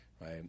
right